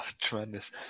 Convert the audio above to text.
tremendous